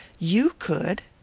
you could.